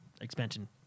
Expansion